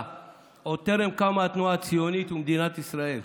עוד טרם קמה התנועה הציונית ומדינת ישראל,